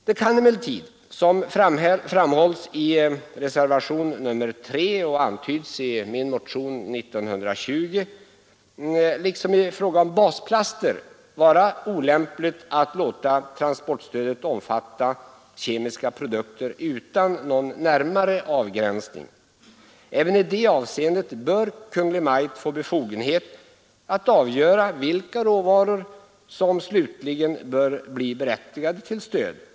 Det kan emellertid, som framhålls i reservationen 3 och antyds i vår motion 1920, liksom i fråga om basplaster vara olämpligt att låta transportstödet omfatta kemiska produkter utan någon närmare avgränsning. Även i detta avseende bör Kungl. Maj:t få befogenhet att avgöra vilka råvaror som slutligen bör bli berättigade till stöd.